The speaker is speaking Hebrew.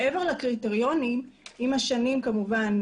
מעבר לקריטריונים עם השנים כמובן,